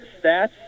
stats